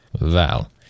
Val